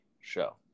Show